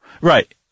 Right